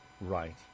right